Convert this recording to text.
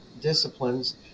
disciplines